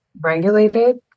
Regulated